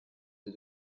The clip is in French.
des